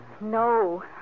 No